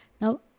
Now